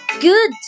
good